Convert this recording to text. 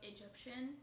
Egyptian